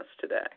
today